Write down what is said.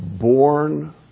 born